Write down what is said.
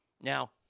Now